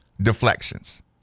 deflections